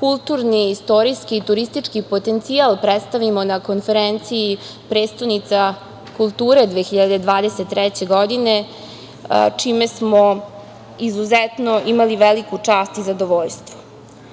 kulturni, istorijski i turistički potencijal predstavimo na konferenciji - prestonica kulture 2023. godine čime smo izuzetno imali veliku čast i zadovoljstvo. Ono